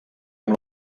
amb